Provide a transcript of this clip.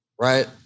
right